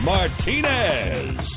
Martinez